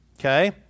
okay